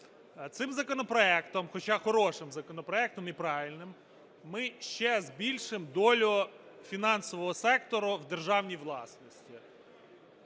Цим законопроектом, хоча хорошим законопроектом і правильним, ми ще збільшимо долю фінансового сектору в державній власності.